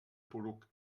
poruc